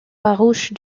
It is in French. farouche